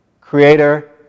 creator